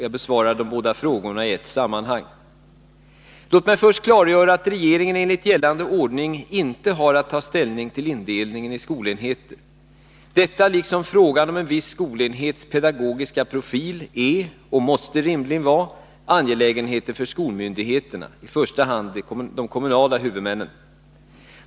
Jag besvarar de båda frågorna i ett sammanhang. Låt mig först klargöra att regeringen enligt gällande ordning inte har att ta ställning till indelningen i skolenheter. Detta liksom frågan om en viss skolenhets pedagogiska profil är — och måste rimligen vara — angelägenheter för skolmyndigheterna, i första hand de kommunala huvudmännen.